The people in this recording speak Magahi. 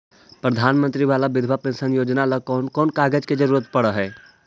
प्रधानमंत्री बाला बिधवा पेंसन योजना ल कोन कोन कागज के जरुरत पड़ है?